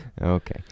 Okay